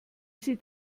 sieht